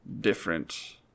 different